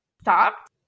stopped